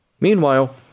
Meanwhile